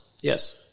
Yes